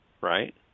Right